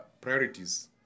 priorities